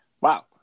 Wow